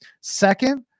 Second